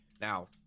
Now